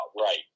right